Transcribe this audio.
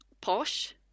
posh